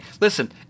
listen